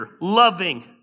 loving